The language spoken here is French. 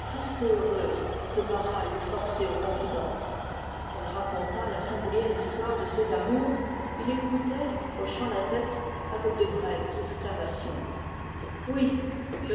presque heureuse que barral l'eût forcée aux confidences elle raconta l'histoire de ses amours je